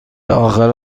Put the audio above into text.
داخل